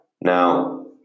Now